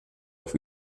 auf